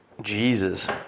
Jesus